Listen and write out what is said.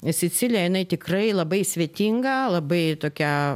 sicilija jinai tikrai labai svetinga labai tokia